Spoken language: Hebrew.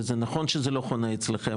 וזה נכון שזה לא חונה אצלכם,